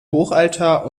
hochaltar